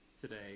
today